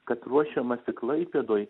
kad ruošiamasi klaipėdoj